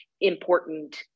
important